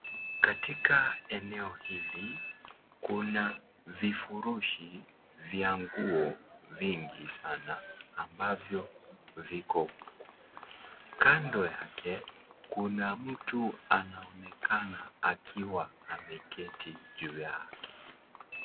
Katika eneo hili kuna vifurushi vya nguo vingi sana ambavyo viko. Kando yake, kuna mtu anaonekana akiwa ameketi juu yake.